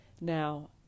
now